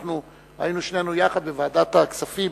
אנחנו היינו שנינו יחד בוועדת הכספים